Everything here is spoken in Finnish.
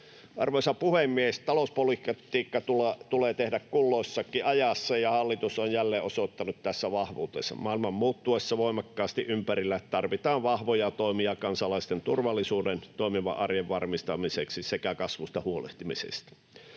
Arvoisa puhemies! Talouspolitiikka tulee tehdä kulloisessakin ajassa, ja hallitus on jälleen osoittanut tässä vahvuutensa. Maailman muuttuessa voimakkaasti ympärillä tarvitaan vahvoja toimia kansalaisten turvallisuuden ja toimivan arjen varmistamiseksi sekä kasvusta huolehtimiseksi.